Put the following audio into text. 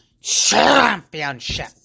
Championship